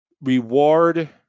reward